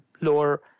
lower